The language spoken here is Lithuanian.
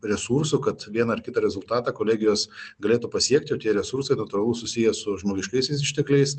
resursų kad vieną ar kitą rezultatą kolegijos galėtų pasiekti tie resursai natūralūs susiję su žmogiškaisiais ištekliais